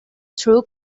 truk